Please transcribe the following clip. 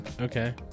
Okay